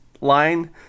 line